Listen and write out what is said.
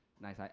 Nice